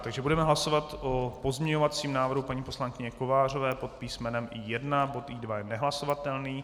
Takže budeme hlasovat o pozměňovacím návrhu paní poslankyně Kovářové pod písmenem I1, bod I2 je nehlasovatelný.